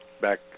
back